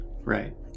Right